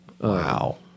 Wow